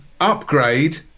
Upgrade